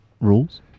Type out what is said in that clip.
rules